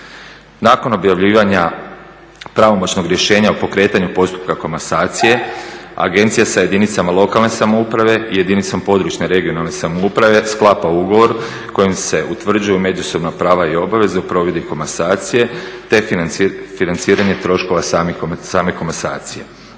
Nakon objavljivanja pravomoćnog rješenja o pokretanju postupka komasacije agencija sa jedinicama lokalne samouprave i jedinicom područne regionalne samouprave sklapa ugovor kojim se utvrđuju međusobna prava i obaveze o provedbi komasacije te financiranje troškova samih komesacija.